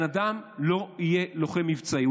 בן אדם לא יהיה לוחם מבצעי.